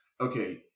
Okay